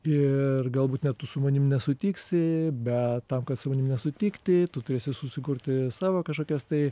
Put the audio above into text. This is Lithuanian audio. ir galbūt net tu su manimi nesutiksi bet tam kad su manimi nesutikti tu turėsi susikurti savo kažkokias tai